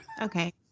okay